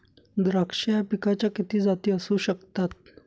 द्राक्ष या पिकाच्या किती जाती असू शकतात?